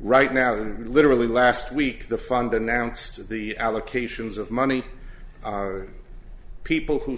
right now to literally last week the fund announced the allocations of money people who